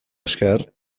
esker